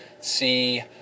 see